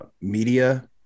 media